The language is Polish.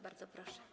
Bardzo proszę.